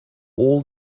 all